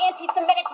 anti-Semitic